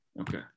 Okay